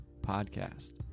podcast